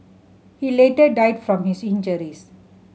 he later died from his injuries